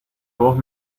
voz